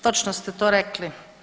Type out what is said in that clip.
Točno ste to rekli.